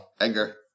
Anger